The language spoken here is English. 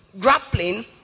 grappling